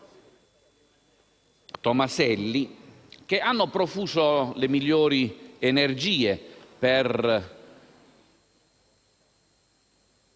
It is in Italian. Tomaselli, che hanno profuso le migliori energie per